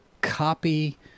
copy